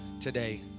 today